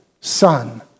son